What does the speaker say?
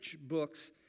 books